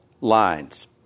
lines